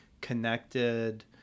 connected